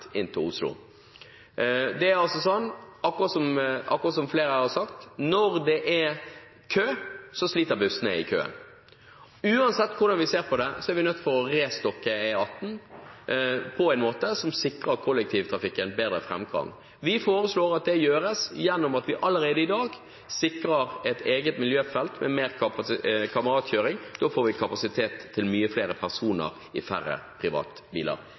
inn for å utrede miljøfelt inn til Oslo. Det er slik som flere av oss har sagt: Når det er kø, sliter bussene i køen. Uansett hvordan vi ser på det, er vi nødt til å restokke E18 på en måte som sikrer kollektivtrafikken bedre framkomst. Vi foreslår at det gjøres ved at vi allerede i dag sikrer et eget miljøfelt med mer kameratkjøring. Da får vi kapasitet til mange flere personer i færre privatbiler.